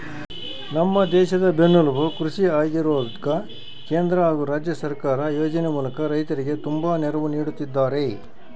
ನಮ್ಮ ದೇಶದ ಬೆನ್ನೆಲುಬು ಕೃಷಿ ಆಗಿರೋದ್ಕ ಕೇಂದ್ರ ಹಾಗು ರಾಜ್ಯ ಸರ್ಕಾರ ಯೋಜನೆ ಮೂಲಕ ರೈತರಿಗೆ ತುಂಬಾ ನೆರವು ನೀಡುತ್ತಿದ್ದಾರೆ